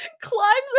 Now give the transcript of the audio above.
climbs